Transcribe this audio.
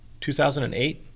2008